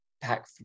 pack